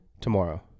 tomorrow